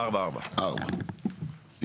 אני